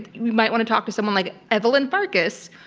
you might want to talk to someone like evelyn farkas,